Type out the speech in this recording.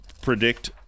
predict